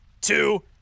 two